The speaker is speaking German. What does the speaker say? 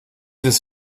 des